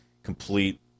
complete